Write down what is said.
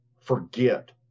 forget